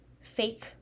fake